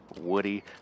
woody